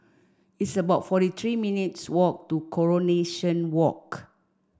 it's about forty three minutes' walk to Coronation Walk